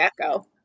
echo